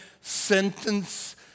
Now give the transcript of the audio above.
sentence